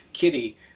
Kitty